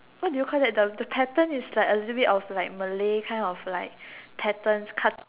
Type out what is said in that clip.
what do you call that the the pattern is like a little bit of like Malay kind of like patterns ka~